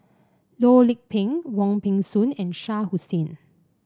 Loh Lik Peng Wong Peng Soon and Shah Hussain